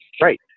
Right